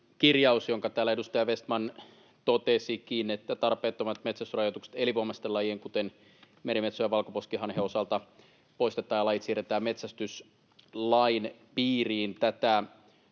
kirjaus, jonka täällä edustaja Vestman totesikin, että tarpeettomat metsästysrajoitukset elinvoimaisten lajien, kuten merimetson ja valkoposkihanhen, osalta poistetaan ja lajit siirretään metsästyslain piiriin.